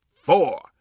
four